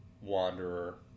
wanderer